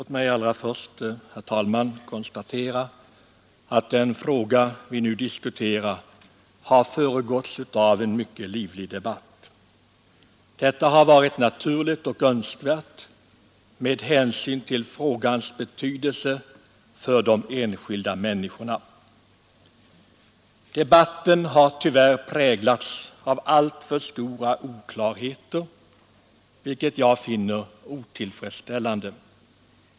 Herr talman! Låt mig allra först konstatera att den fråga vi nu diskuterar har föregåtts av en mycket livlig debatt. Detta har varit naturligt och önskvärt med hänsyn till frågans betydelse för de enskilda människorna. Debatten har tyvärr präglats av alltför stora oklarheter, vilket jag finner otillfredsställande.